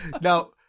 Now